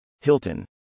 Hilton